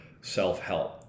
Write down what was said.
self-help